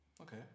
Okay